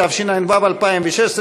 התשע"ו 2016,